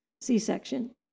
C-section